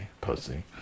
pussy